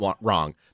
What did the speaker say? wrong